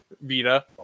Vita